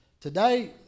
Today